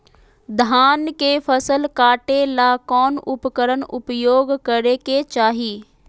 धान के फसल काटे ला कौन उपकरण उपयोग करे के चाही?